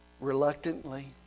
reluctantly